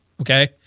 Okay